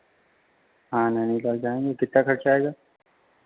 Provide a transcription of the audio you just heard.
हाँ नहीं निकल जाएँगे कितना खर्चा आएगा